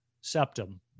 septum